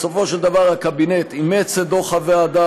בסופו של דבר הקבינט אימץ את דוח הוועדה.